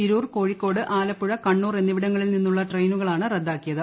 തിരൂർ കോഴിക്കോട് ആലപ്പുഴ കണ്ണൂർ എന്നിവിടങ്ങളിൽ നിന്നുള്ള ട്രെയിനുകളാണ് റദ്ദാക്കിയത്